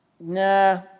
nah